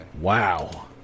Wow